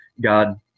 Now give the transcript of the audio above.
God